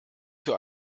für